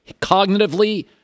cognitively